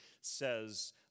says